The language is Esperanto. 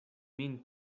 min